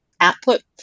output